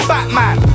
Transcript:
Batman